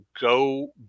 go